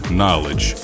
knowledge